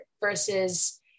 versus